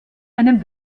einen